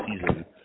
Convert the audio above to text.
season